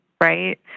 right